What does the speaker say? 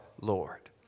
Lord